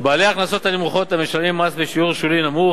בעלי ההכנסות הנמוכות המשלמים מס בשיעור שולי נמוך